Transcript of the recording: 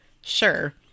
sure